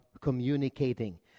communicating